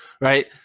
right